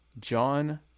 John